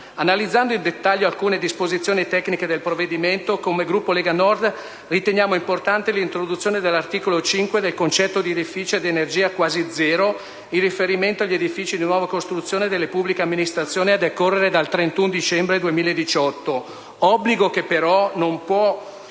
Analizzando in dettaglio alcune disposizioni tecniche del provvedimento, come Gruppo Lega Nord riteniamo importante l'introduzione, all'articolo 5, del concetto di «edifici ad energia quasi zero», in riferimento agli edifici di nuova costruzione delle pubbliche amministrazioni a decorrere dal 31 dicembre 2018. Obbligo che però non può